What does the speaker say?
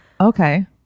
Okay